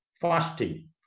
fasting